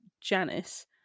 Janice